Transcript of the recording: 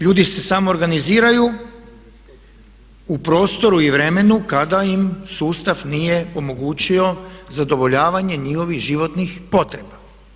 Ljudi se samoorganiziraju u prostoru i vremenu kada im sustav nije omogućio zadovoljavanje njihovih životnih potreba.